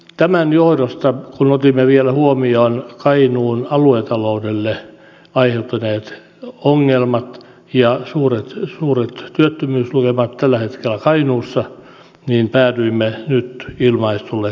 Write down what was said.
tämän johdosta kun otimme vielä huomioon kainuun aluetaloudelle aiheutuneet ongelmat ja suuret työttömyyslukemat tällä hetkellä kainuussa päädyimme nyt ilmaistulle kannalle